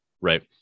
right